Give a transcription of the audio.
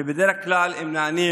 ובדרך כלל הם נענים: